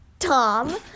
Tom